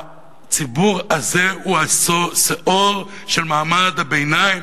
הציבור הזה הוא השאור של מעמד הביניים,